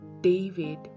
David